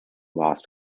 lost